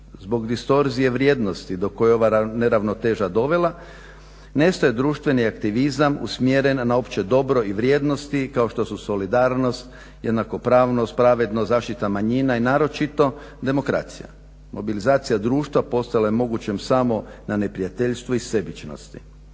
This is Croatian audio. Zbog distorzije vrijednosti do koje je ova neravnoteža dovela nestaje društveni aktivizam usmjeren na opće dobro i vrijednosti kao što su solidarnost, jednakopravnosti, pravednost, zaštita manjina i naročito demokracija. Mobilizacija društva postala je mogućem samo na neprijateljstvu i sebičnosti.